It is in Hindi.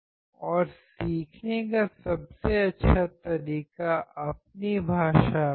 और सीखने का सबसे अच्छा तरीका अपनी भाषा में है